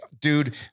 dude